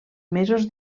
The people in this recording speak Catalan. mesos